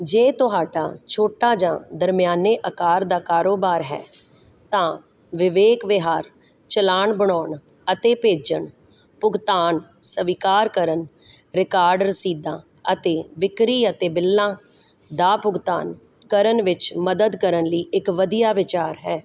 ਜੇ ਤੁਹਾਡਾ ਛੋਟਾ ਜਾਂ ਦਰਮਿਆਨੇ ਆਕਾਰ ਦਾ ਕਾਰੋਬਾਰ ਹੈ ਤਾਂ ਵਿਵੇਕ ਵਿਹਾਰ ਚਲਾਨ ਬਣਾਉਣ ਅਤੇ ਭੇਜਣ ਭੁਗਤਾਨ ਸਵੀਕਾਰ ਕਰਨ ਰਿਕਾਰਡ ਰਸੀਦਾਂ ਅਤੇ ਵਿਕਰੀ ਅਤੇ ਬਿੱਲਾਂ ਦਾ ਭੁਗਤਾਨ ਕਰਨ ਵਿੱਚ ਮਦਦ ਕਰਨ ਲਈ ਇੱਕ ਵਧੀਆ ਵਿਚਾਰ ਹੈ